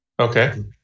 Okay